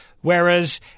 whereas